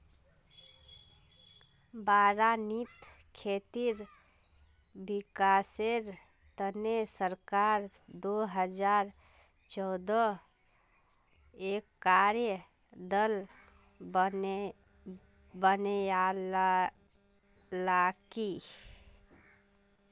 बारानीत खेतीर विकासेर तने सरकार दो हजार चौदहत एक कार्य दल बनैय्यालकी